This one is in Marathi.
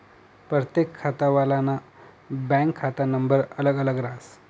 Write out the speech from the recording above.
परतेक खातावालानं बँकनं खाता नंबर अलग अलग हास